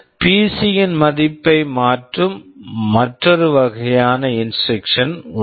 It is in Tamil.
பிசி PC யின் மதிப்பை மாற்றும் மற்றொரு வகையான இன்ஸ்ட்ரக்க்ஷன் instruction உள்ளது